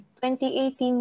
2018